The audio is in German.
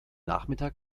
nachmittag